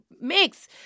Mix